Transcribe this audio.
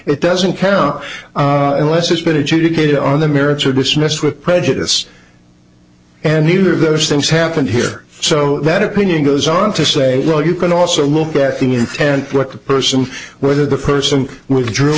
it doesn't count unless it's been adjudicated on the merits or dismissed with prejudice and neither of those things happened here so that opinion goes on to say well you can also look at the intent but the person whether the person with drew